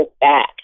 back